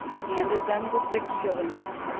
handed them the six shillings,